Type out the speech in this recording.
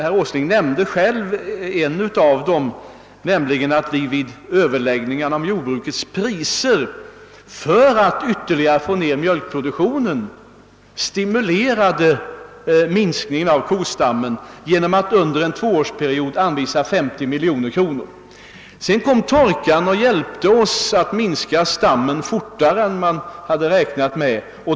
Herr Åsling nämnde själv den ena av dem, nämligen att vi, vid överläggningarna om jordbrukets priser, för att ytterligare få ned mjölkproduktionen stimulerade minskningen av kostammen genom att för en tvåårsperiod anvisa 50 miljoner kronor. Sedan kom torkan och hjälpte oss att minska stammen fortare än man hade räknat med.